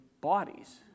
bodies